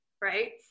right